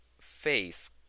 face